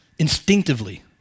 instinctively